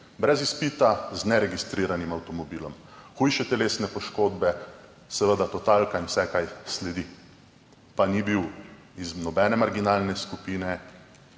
brez izpita z neregistriranim avtomobilom, hujše telesne poškodbe, seveda totalka in vse, kar sledi. Pa ni bil iz nobene marginalne skupine,